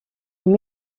une